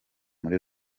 muri